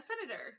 senator